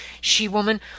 she-woman